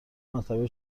مرتبه